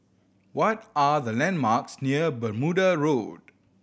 what are the landmarks near Bermuda Road